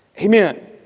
Amen